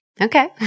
okay